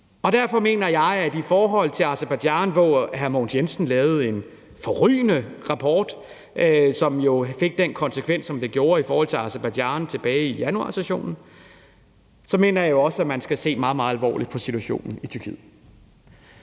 Derfor mener jeg også, at i forhold til Aserbajdsjan, hvor hr. Mogens Jensen lavede en forrygende rapport, som jo fik den konsekvens, som den gjorde i forhold til Aserbajdsjan tilbage i januarsessionen, så skal man se meget, meget alvorligt på situationen i Tyrkiet.